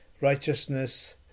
righteousness